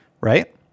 Right